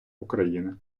україни